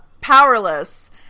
Powerless